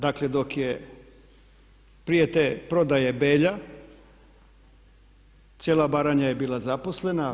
Dakle, dok je prije te prodaje Belja cijela Baranja je bila zaposlena.